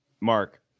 Mark